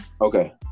Okay